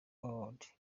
old